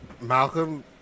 Malcolm